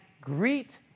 greet